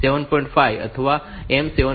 5 અથવા M 7